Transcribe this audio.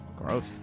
Gross